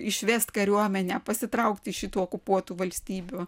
išvest kariuomenę pasitraukt iš tų okupuotų valstybių